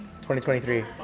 2023